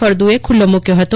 ફળદુએ ખૂલ્લો મૂક્યો હતો